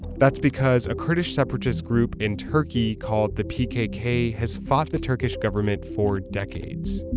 that's because a kurdish separatist group in turkey called the pkk has fought the turkish government for decades.